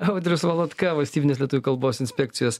audrius valatka valstybinės lietuvių kalbos inspekcijos